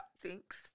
Thanks